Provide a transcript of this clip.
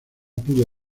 pudo